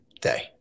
day